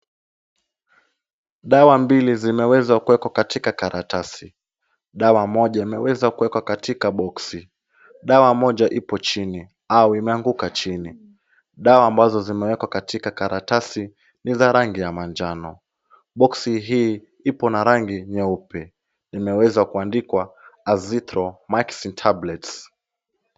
Dawa mbili zinaweza kuwekwa katika karatasi ,dawa moja imeweza kuwekwa katika box(cs) dawa moja ipo chini au imeanguka chini ,dawa ambazo zimewekwa katika karatasi ni za rangi ya manjano ,box (cs) hii ipo na rangi nyeupe imeweza kuandikwa azythromax tablets (cs).